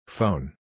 Phone